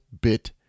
bit